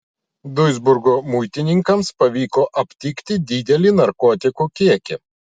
duisburgo muitininkams pavyko aptikti didelį narkotikų kiekį